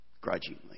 grudgingly